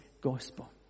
gospel